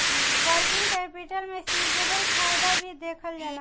working capital में seasonal फायदा भी देखल जाला